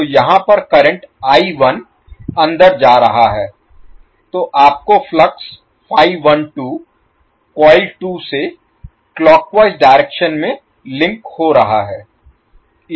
तो यहाँ पर करंट अंदर जा रहा है तो आपको फ्लक्स डायरेक्शन में लिंक हो रहा है